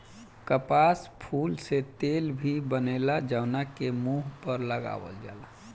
कपास फूल से तेल भी बनेला जवना के मुंह पर लगावल जाला